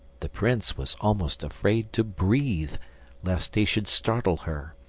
the prince was almost afraid to breathe lest he should startle her,